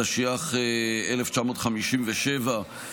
התשי"ח 1957,